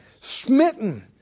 smitten